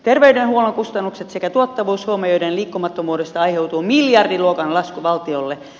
terveydenhuollon kustannukset sekä tuottavuus huomioiden liikkumattomuudesta aiheutuu miljardiluokan lasku valtiolle